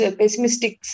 pessimistic